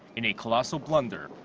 in a colossal blunder.